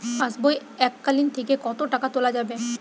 পাশবই এককালীন থেকে কত টাকা তোলা যাবে?